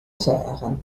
seagen